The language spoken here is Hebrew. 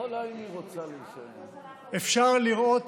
אפשר לראות